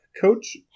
Coach